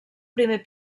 primer